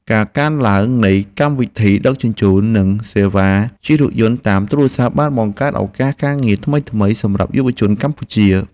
ការកើនឡើងនៃកម្មវិធីដឹកជញ្ជូន និងសេវាជិះរថយន្តតាមទូរស័ព្ទបានបង្កើតឱកាសការងារថ្មីៗសម្រាប់យុវជនកម្ពុជា។